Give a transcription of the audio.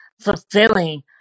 fulfilling